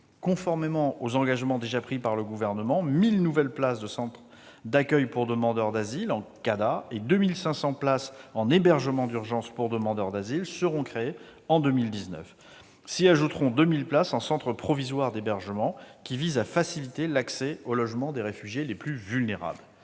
Conformément aux engagements déjà pris par le Gouvernement, 1 000 nouvelles places en centres d'accueil de demandeurs d'asile, les CADA, et 2 500 nouvelles places en hébergement d'urgence pour demandeurs d'asile, les HUDA, seront créées en 2019. S'y ajouteront 2 000 places dans les centres provisoires d'hébergement, les CPH, qui visent à faciliter l'accès au logement des réfugiés les plus vulnérables.